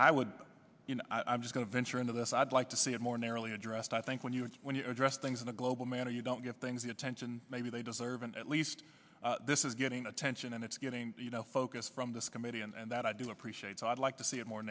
i would you know i'm just going to venture into this i'd like to see it more narrowly addressed i think when you when you address things in a global manner you don't get things the attention maybe they deserve and at least this is getting attention and it's getting you know focus from this committee and that i do appreciate i'd like to see it more